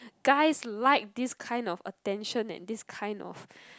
guys like this kind of attention and this kind of